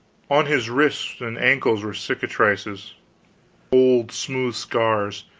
on his wrists and ankles were cicatrices, old smooth scars,